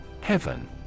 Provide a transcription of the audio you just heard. heaven